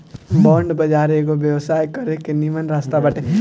bond बाजार एगो व्यवसाय करे के निमन रास्ता बाटे